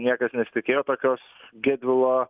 niekas nesitikėjo tokios gedvilo